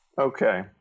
Okay